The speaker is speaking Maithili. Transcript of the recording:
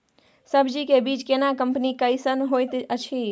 सब्जी के बीज केना कंपनी कैसन होयत अछि?